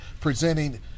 presenting